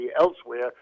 elsewhere